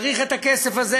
צריך את הכסף הזה,